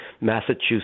Massachusetts